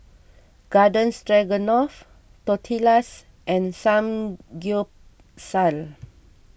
Garden Stroganoff Tortillas and Samgyeopsal